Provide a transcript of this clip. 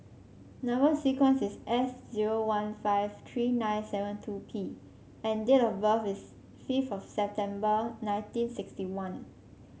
number sequence is S zero one five three nine seven two P and date of birth is fifth of September nineteen sixty one